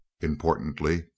importantly